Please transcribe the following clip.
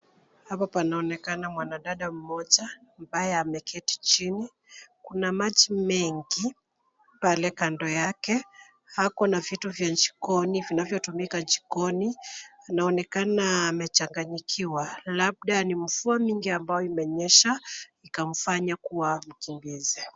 Hapa panaonekana mwanadada mmoja ambaye ameketi chini. Kuna maji mengi pale kando yake .Akona vitu vya jikoni vinavyotumika jikoni. Inaonekana amechanganyikiwa labda ni mvua mingi ambayo imenyesha ikamfanya kuwa mkimbizi.